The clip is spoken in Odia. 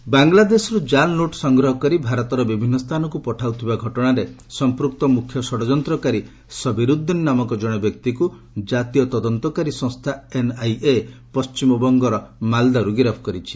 ଏନ୍ଆଇଏ ଆରେଷ୍ଟ ବାଙ୍ଗଲାଦେଶରୁ ଜାଲ୍ ନୋଟ ସଂଗ୍ରହ କରି ଭାରତର ବିଭିନ୍ନ ସ୍ଥାନକୁ ପଠାଉଥିବା ଘଟଣାରେ ସଂପୃକ୍ତ ମୁଖ୍ୟ ଷଡ଼ଯନ୍ତ୍ରକାରୀ ସବିରୁଦ୍ଦିନ୍ ନାମକ ଜଣେ ବ୍ୟକ୍ତିକୁ ଜାତୀୟ ତଦନ୍ତକାରୀ ସଂସ୍ଥା ଏନ୍ଆଇଏ ପଶ୍ଚିମବଙ୍ଗର ମାଲଦାରୁ ଗିରଫ୍ କରିଛି